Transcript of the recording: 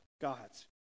gods